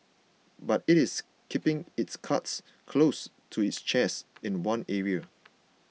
but it is keeping its cards close to its chest in one area